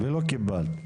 ולא קיבלת.